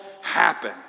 happen